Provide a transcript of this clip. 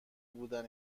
بودن